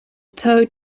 toad